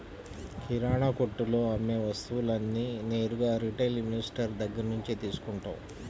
కిరణాకొట్టులో అమ్మే వస్తువులన్నీ నేరుగా రిటైల్ ఇన్వెస్టర్ దగ్గర్నుంచే తీసుకుంటాం